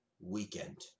weekend